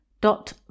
dot